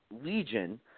Legion